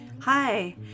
Hi